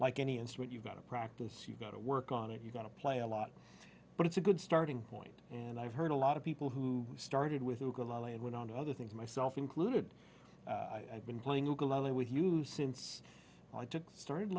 like any instrument you've got to practice you've got to work on it you've got to play a lot but it's a good starting point and i've heard a lot of people who started with it went on to other things myself included i've been playing with you since i took started